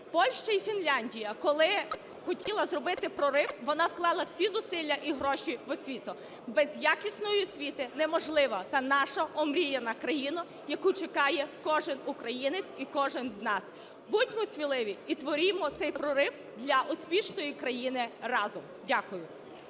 Польща і Фінляндія, коли хотіла зробити прорив, вона вклала всі зусилля і гроші в освіту. Без якісної освіти неможлива та наша омріяна країна, яку чекає кожен українець і кожен з нас. Будьмо сміливі і творімо цей прорив для успішної країни разом! Дякую.